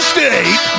State